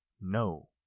no